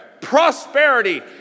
prosperity